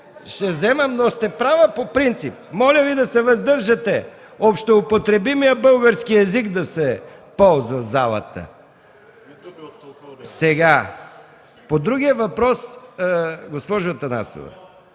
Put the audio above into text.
Ще вземам, но сте права по принцип. Моля Ви да се въздържате, общоупотребимият български език да се ползва в залата. По другия въпрос, госпожо Атанасова,